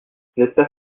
j’espère